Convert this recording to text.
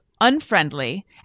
Unfriendly